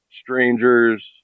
strangers